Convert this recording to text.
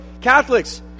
Catholics